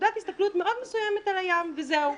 נקודת מאוד מסוימת על הים וזהו.